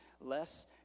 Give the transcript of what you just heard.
less